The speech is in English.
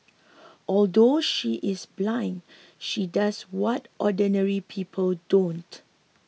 although she is blind she does what ordinary people don't